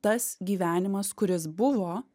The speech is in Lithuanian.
tas gyvenimas kuris buvo